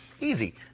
easy